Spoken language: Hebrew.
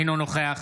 אינו נוכח